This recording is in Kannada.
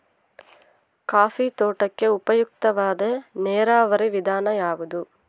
ಕಾಫಿ ತೋಟಕ್ಕೆ ಉಪಯುಕ್ತವಾದ ನೇರಾವರಿ ವಿಧಾನ ಯಾವುದು?